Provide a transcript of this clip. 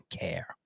care